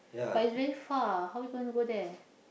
but it's very far how we gonna go there